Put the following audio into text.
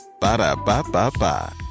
ba-da-ba-ba-ba